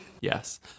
Yes